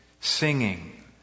Singing